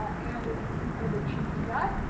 ah and it's it's incredibly cheap to get.